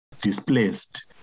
displaced